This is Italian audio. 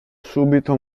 subito